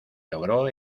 logró